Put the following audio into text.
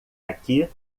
aqui